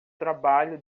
trabalho